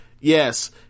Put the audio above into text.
yes